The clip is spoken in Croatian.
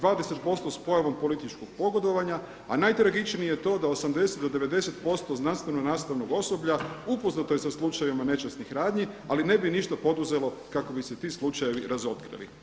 20% s pojavom političkog pogodovanja, a najtragičnije je to da 80 do 90% znanstveno-nastavnog osoblja upoznato je sa slučajevima nečasnih radnji, ali ne bi ništa poduzelo kako bi se ti slučajevi razotkrili.